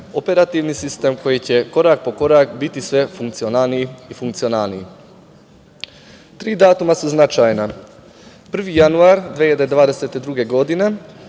operativni sistem koji će korak po korak biti sve funkcionalniji i funkcionalniji. Tri datuma su značajna, 1. januar 2022. godine